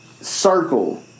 circle